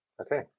okay